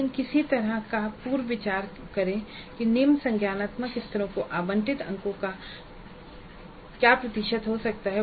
लेकिन किसी तरह का पूर्व विचार करें कि निम्न संज्ञानात्मक स्तरों को आवंटित अंकों का प्रतिशत क्या हो सकता है